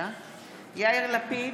יאיר לפיד,